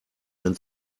ein